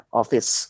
office